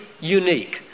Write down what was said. unique